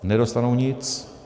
Nedostanou nic.